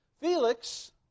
Felix